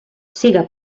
siga